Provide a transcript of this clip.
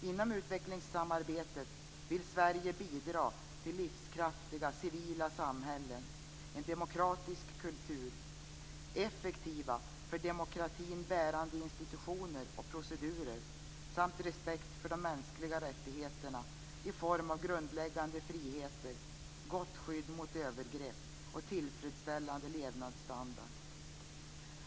Inom utvecklingssamarbetet vill Sverige bidra till livskraftiga civila samhällen, en demokratisk kultur, effektiva för demokratin bärande institutioner och procedurer samt respekt för de mänskliga rättigheterna i form av grundläggande friheter, gott skydd mot övergrepp och tillfredsställande levnadsstandard.